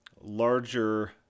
larger